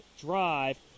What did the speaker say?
drive